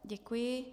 Děkuji.